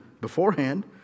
beforehand